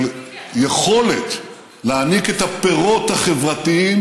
של יכולת להעניק את הפירות החברתיים,